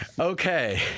Okay